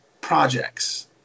projects